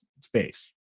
space